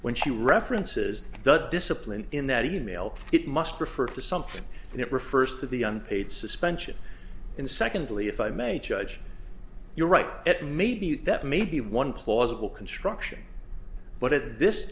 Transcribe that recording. when she references the discipline in that email it must refer to something and it refers to the unpaid suspension and secondly if i may judge you're right it may be that maybe one plausible construction but at this